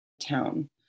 town